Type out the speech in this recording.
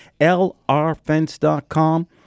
LRFence.com